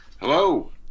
Hello